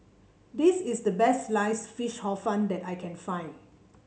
this is the best Sliced Fish Hor Fun that I can find